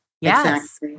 Yes